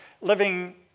living